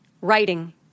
writing